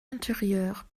intérieur